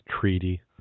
treaty